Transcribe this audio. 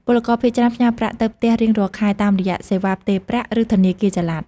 ពលករភាគច្រើនផ្ញើប្រាក់ទៅផ្ទះរៀងរាល់ខែ តាមរយៈសេវាផ្ទេរប្រាក់ ឬធនាគារចល័ត។